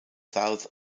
south